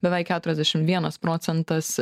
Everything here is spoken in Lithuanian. beveik keturiasdešim vienas procentas